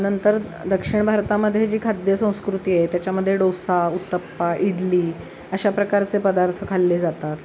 नंतर दक्षिण भारतामधे जी खाद्यसंस्कृती आहे त्याच्यामधे डोसा उत्तप्पा इडली अशा प्रकारचे पदार्थ खाल्ले जातात